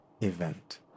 event